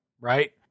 right